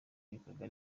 y’ibikorwa